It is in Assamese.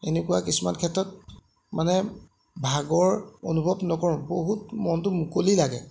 এনেকুৱা কিছুমান ক্ষেত্ৰত মানে ভাগৰ অনুভৱ নকৰোঁ বহুত মনটো মুকলি লাগে